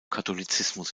katholizismus